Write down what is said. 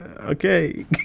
okay